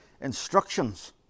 instructions